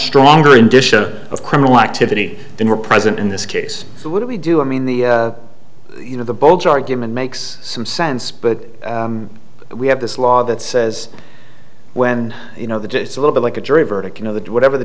stronger in disha of criminal activity than were present in this case so what do we do i mean the you know the bogus argument makes some sense but we have this law that says when you know that it's a little bit like a jury verdict you know that whatever the